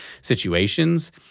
situations